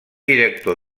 director